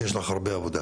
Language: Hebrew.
כי יש לך הרבה עבודה.